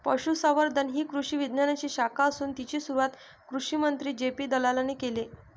पशुसंवर्धन ही कृषी विज्ञानाची शाखा असून तिची सुरुवात कृषिमंत्री जे.पी दलालाने केले